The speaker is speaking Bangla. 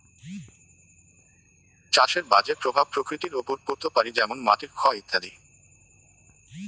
চাষের বাজে প্রভাব প্রকৃতির ওপর পড়ত পারি যেমন মাটির ক্ষয় ইত্যাদি